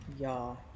Y'all